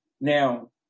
now